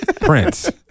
Prince